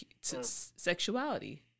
sexuality